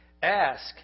Ask